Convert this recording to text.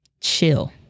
chill